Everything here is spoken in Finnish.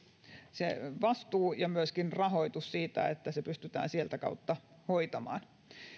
se vastuu ja myöskin rahoitus siitä että se pystytään sieltä kautta hoitamaan